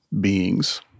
beings